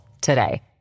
today